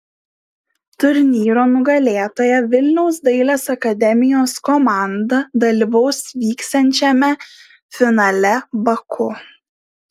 turnyro nugalėtoja vilniaus dailės akademijos komanda dalyvaus vyksiančiame finale baku